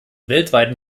weltweiten